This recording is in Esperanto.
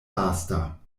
lasta